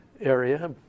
area